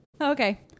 Okay